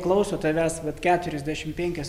klauso tavęs vat keturiasdešimt penkias